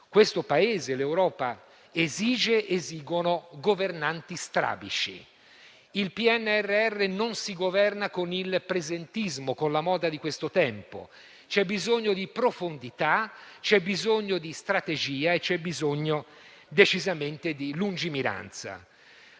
questo Paese e l'Europa esigono governanti strabici. Il PNRR non si governa con il presentismo, con la moda di questo tempo. C'è bisogno di profondità, c'è bisogno di strategia e c'è bisogno decisamente di lungimiranza.